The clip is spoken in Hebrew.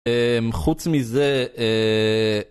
חוץ מזה